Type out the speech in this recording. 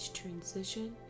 transition